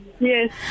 Yes